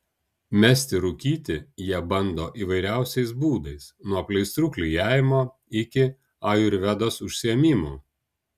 mesti rūkyti jie bando įvairiausiais būdais nuo pleistrų klijavimo iki ajurvedos užsiėmimų